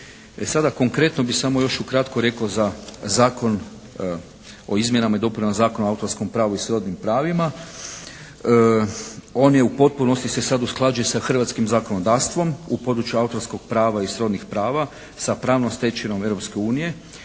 sada, konkretno bi samo još ukratko rekao za Zakon o izmjenama i dopunama Zakona o autorskom pravu i srodnim pravima. On je, u potpunosti se sad usklađuje sa hrvatskim zakonodavstvom u području autorskog prava i srodnih prava sa pravnom stečevinom Europske unije,